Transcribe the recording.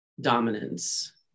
dominance